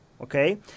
okay